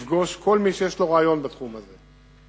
לפגוש כל מי שיש לו רעיון בתחום הזה,